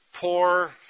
poor